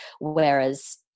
Whereas